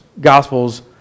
gospels